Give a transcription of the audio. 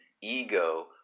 ego